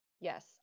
Yes